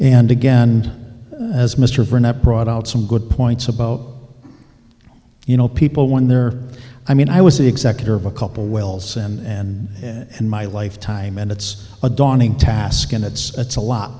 and again as mr burnett brought out some good points about you know people when they're i mean i was the executor of a couple wells and in my lifetime and it's a daunting task and it's it's a lot